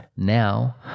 now